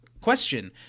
question